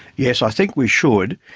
yes, i think we should,